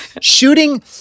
shooting